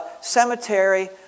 cemetery